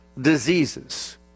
diseases